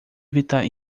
evitar